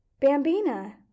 Bambina